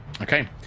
Okay